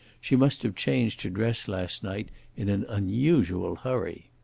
she must have changed her dress last night in an unusual hurry.